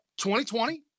2020